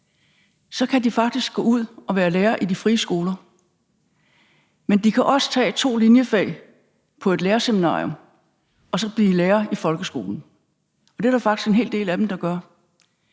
så kan de faktisk gå ud at være lærere i de frie skoler, men de kan også tage to linjefag på et lærerseminarium og så blive lærere i folkeskolen, og det er der faktisk en hel del af dem der gør.